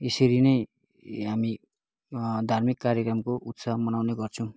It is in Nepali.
यसरी नै हामी धार्मिक कार्यक्रमको उत्सव मनाउने गर्छौँ